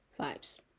vibes